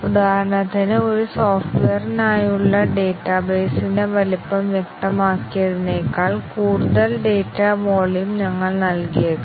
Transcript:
ഉദാഹരണത്തിന് ഒരു സോഫ്റ്റ്വെയറിനായുള്ള ഡാറ്റാബേസിന്റെ വലുപ്പം വ്യക്തമാക്കിയതിനേക്കാൾ കൂടുതൽ ഡാറ്റ വോളിയം ഞങ്ങൾ നൽകിയേക്കാം